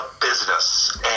business